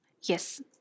Yes